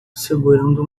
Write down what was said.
segurando